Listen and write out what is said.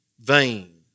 Vain